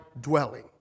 dwelling